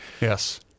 Yes